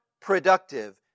productive